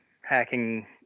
hacking